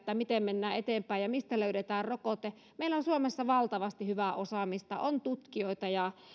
miten mennään eteenpäin ja mistä löydetään rokote meillä on suomessa valtavasti hyvää osaamista on tutkijoita ja